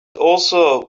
also